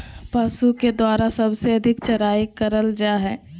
पशु के द्वारा सबसे अधिक चराई करल जा हई